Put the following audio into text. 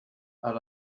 had